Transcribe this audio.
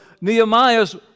Nehemiah's